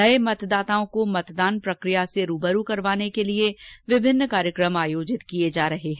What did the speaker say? नये मतदाताओं को मतदान प्रकिया से रूबरू करवाने के लिए विभिन्न कार्यक्रम आयोजित किए जा रहे हैं